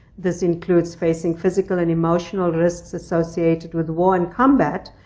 this includes facing physical and emotional risks associated with war and combat,